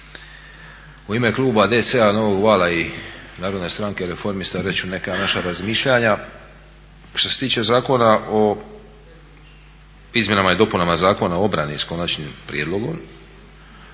u ime Kluba DC-a Novog vala i Narodne stranke reformista reći ću neka naša razmišljanja. Što se tiče zakona o izmjenama i dopunama Zakona o obrani s konačnim prijedlogom,